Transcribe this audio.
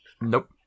Nope